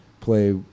play